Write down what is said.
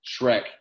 Shrek